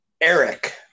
Eric